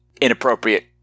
inappropriate